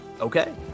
Okay